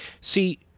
See